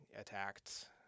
attacked